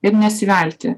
ir nesivelti